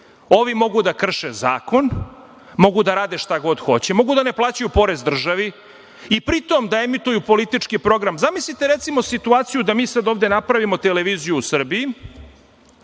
Ovi mogu da krše zakon, mogu da rade šta god hoće, mogu da ne plaćaju porez državi, i pri tom da emituju politički program. Zamislite, recimo, situaciju da mi sad ovde napravimo televiziju u Srbiji,